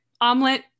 omelet